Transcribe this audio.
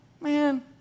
man